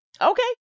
Okay